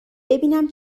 ببینم